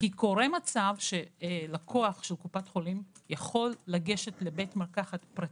קורה מצב שלקוח של קופת חולים יכול לגשת לבית מרקחת פרטי,